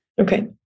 Okay